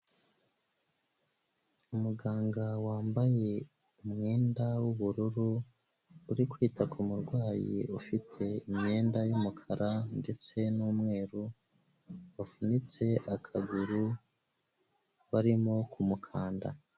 Umuganga wambaye umwenda w'ubururu, uri kwita ku murwayi ufite imyenda y'umukara ndetse n'umweru, wavunitse akaguru barimo ku mukanda.